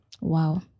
Wow